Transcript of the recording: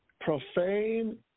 profane